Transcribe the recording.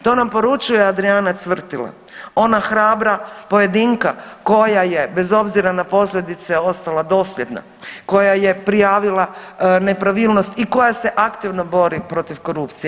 To nam poručuje Adrijana Cvrtila, ona hrabra pojedinka koja je bez obzira na posljedice ostala dosljedna, koja je prijavila nepravilnost i koja se aktivno bori protiv korupcije.